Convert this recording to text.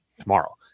tomorrow